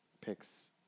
picks